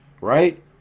right